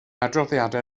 adroddiadau